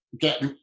get